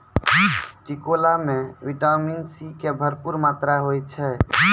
टिकोला मॅ vitamin C के भरपूर मात्रा होय छै